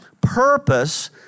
purpose